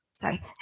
sorry